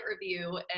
review